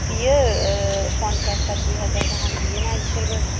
बियो पन्सास साथि हाजार गाहाम बियोना बिसोरबो